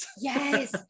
Yes